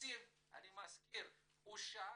אני מזכיר שהתקציב אושר,